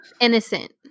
innocent